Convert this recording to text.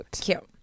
Cute